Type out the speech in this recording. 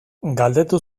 galdetu